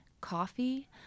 coffee